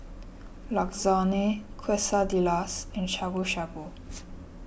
Lasagne Quesadillas and Shabu Shabu